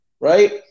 right